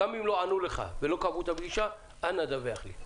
גם אם לא ענו לך ולא קבעו את הפגישה, אנא דווח לי.